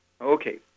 Okay